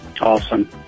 Awesome